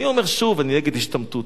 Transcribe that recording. אני אומר שוב: אני נגד השתמטות.